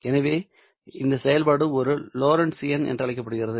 எனவே இந்த செயல்பாடு ஒரு லோரென்ட்ஜியன் என்று அழைக்கப்படுகிறது